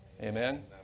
Amen